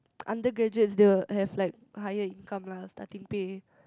undergraduates they will have like higher income lah starting pay